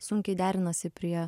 sunkiai derinasi prie